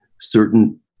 certain